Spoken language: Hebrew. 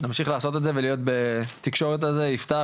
אנחנו נמשיך לעשות את זה ולהיות בתקשורת הזו יפתח,